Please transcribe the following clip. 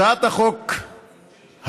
הצעת החוק היום